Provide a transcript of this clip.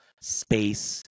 space